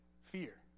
Fear